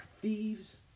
thieves